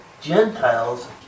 Gentiles